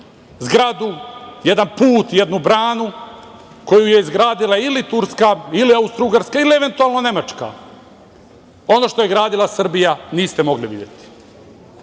zgradu, jedan put, jednu branu koju je izgradila ili Turska ili Austrougarska ili, eventualno, Nemačka. Ono što je gradila Srbija niste mogli videti. Samo